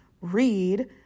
read